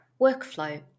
workflow